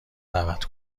دعوت